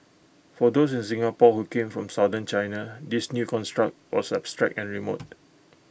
for those in Singapore who came from southern China this new construct was abstract and remote